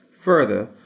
Further